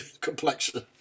complexion